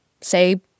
say